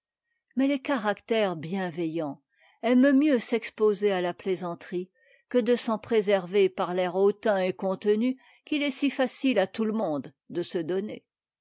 mais les caractères bienveillants aiment mieux s'exposer à la plaisanterie que de s'en préserver par l'air hautain et contenu qu'il est si facile à tout le monde de se donner